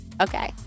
Okay